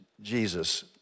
Jesus